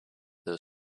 those